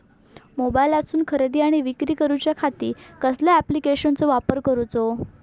मोबाईलातसून खरेदी आणि विक्री करूच्या खाती कसल्या ॲप्लिकेशनाचो वापर करूचो?